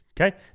Okay